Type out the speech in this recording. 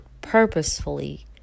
purposefully